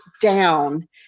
down